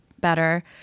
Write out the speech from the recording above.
better